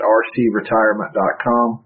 rcretirement.com